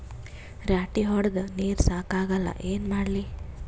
ರಾಟಿ ಹೊಡದ ನೀರ ಸಾಕಾಗಲ್ಲ ಏನ ಮಾಡ್ಲಿ?